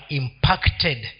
impacted